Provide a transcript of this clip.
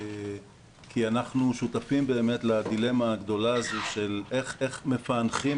כי אנחנו שותפים באמת לדילמה הגדולה הזו של איך מפענחים